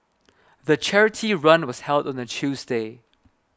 the charity run was held on a Tuesday